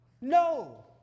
No